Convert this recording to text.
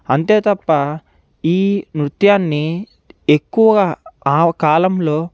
అంతే తప్ప ఈ నృత్యాన్ని ఎక్కువ ఆ కాలంలో